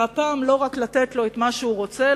והפעם לא רק לתת לו את מה שהוא רוצה,